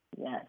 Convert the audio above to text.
Yes